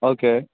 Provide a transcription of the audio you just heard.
okay